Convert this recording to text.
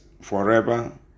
forever